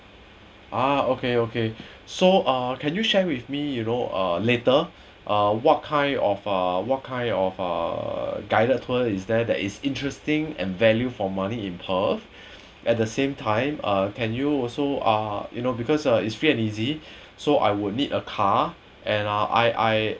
ah okay okay so uh can you share with me you know uh later uh what kind of ah what kind of uh guided tour is there that is interesting and value for money in perth at the same time uh can you also ah you know because uh is free and easy so I would need a car and uh I I